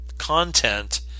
content